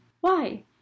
Why